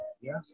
Yes